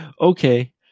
okay